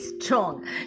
strong